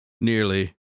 nearly